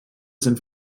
sind